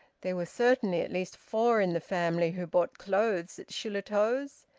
there were certainly at least four in the family who bought clothes at shillitoe's,